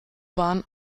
bahn